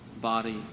body